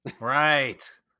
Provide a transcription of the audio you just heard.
Right